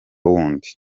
wundi